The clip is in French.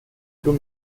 clos